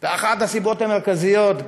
אחת הסיבות המרכזיות,